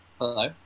Hello